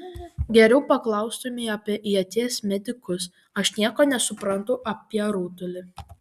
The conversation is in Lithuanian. geriau paklaustumei apie ieties metikus aš nieko nesuprantu apie rutulį